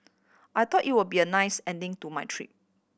I thought it would be a nice ending to my trip